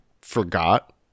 forgot